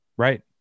right